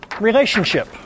relationship